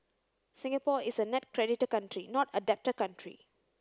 Singapore is a net creditor country not a debtor country